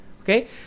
Okay